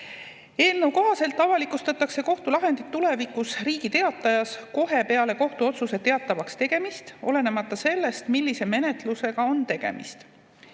Eelnõu kohaselt avalikustatakse kohtulahendid tulevikus Riigi Teatajas kohe peale kohtuotsuse teatavaks tegemist, olenemata sellest, millise menetlusega on tegemist.